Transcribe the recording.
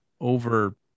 over